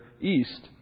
east